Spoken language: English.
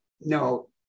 No